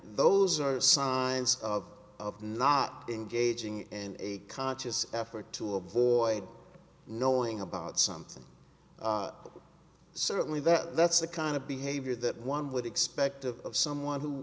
those are signs of not engaging and a conscious effort to avoid knowing about something but certainly that's the kind of behavior that one would expect of someone who